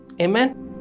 Amen